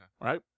Right